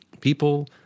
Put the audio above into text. people